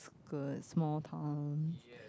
the small town